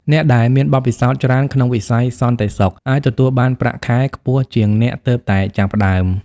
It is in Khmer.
អ្នកដែលមានបទពិសោធន៍ច្រើនក្នុងវិស័យសន្តិសុខ អាចទទួលបានប្រាក់ខែខ្ពស់ជាងអ្នកទើបតែចាប់ផ្តើម។